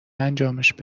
انجامشون